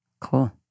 Cool